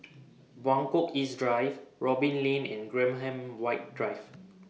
Buangkok East Drive Robin Lane and Graham White Drive